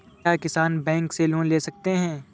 क्या किसान बैंक से लोन ले सकते हैं?